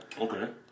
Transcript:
Okay